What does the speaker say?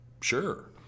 sure